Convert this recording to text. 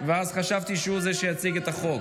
אז חשבתי שהוא זה שיציג את החוק.